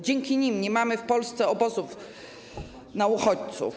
Dzięki nim nie mamy w Polsce obozów dla uchodźców.